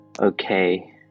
okay